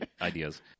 ideas